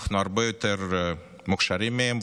אנחנו הרבה יותר מוכשרים מהם,